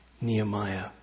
Nehemiah